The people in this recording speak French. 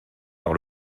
par